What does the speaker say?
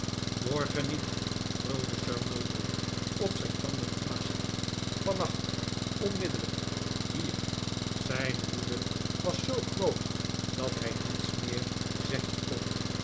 morgen niet brulde sir mulberry op zijn tanden knarsend vannacht onmiddellijk hier zijn woede was zoo groot dat hij niets meer zeggen kon